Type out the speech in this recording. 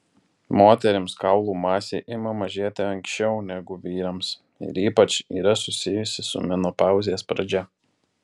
moterims kaulų masė ima mažėti anksčiau negu vyrams ir ypač yra susijusi su menopauzės pradžia